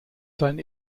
sein